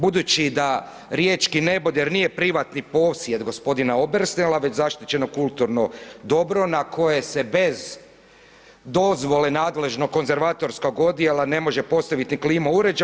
Budući da riječi neboder nije privatni posjed gospodina Obersnela već zaštićeno kulturno dobro na koje se bez dozvole nadležnog Konzervatorskog odjela ne može postaviti klima uređaj.